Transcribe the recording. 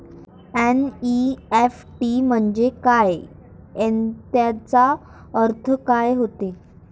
NEFT म्हंजे काय, त्याचा अर्थ काय होते?